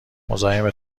مزاحم